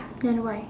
then why